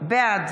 בעד